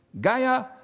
Gaia